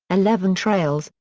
eleven trails,